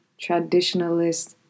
traditionalist